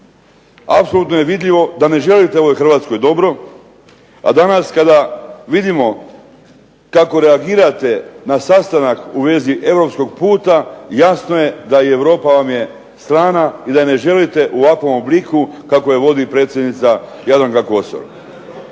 Apsolutno je vidljivo da ne želite ovoj Hrvatskoj dobro, a danas kada vidimo kako reagirate na sastanak u vezi europskog puta jasno je da i Europa vam je strana i da je ne želite u ovakvom obliku kako je vodi predsjednica Jadranka Kosor.